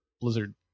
blizzard